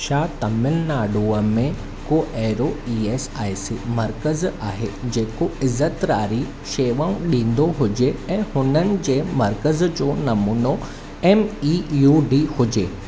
छा तमिलनाडुअ में को अहिड़ो मर्कज़ आहे जेको इज़तिरारी शेवाऊं ॾींदो हुजे ऐं हुननि जे मर्कज़ जो नमूनो एम ई यू डी हुजे